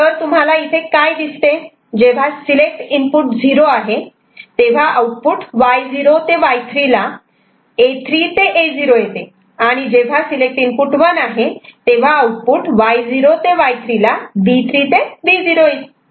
तर तुम्हाला इथे काय दिसते जेव्हा सिलेक्ट इनपुट 0 आहे तेव्हा आउटपुट Y0 ते Y3 ला A3 ते A0 येते आणि जेव्हा सिलेक्ट इनपुट 1 आहे तेव्हा आउटपुट Y0 ते Y3 ला B3 ते B0 येते